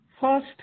first